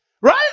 Right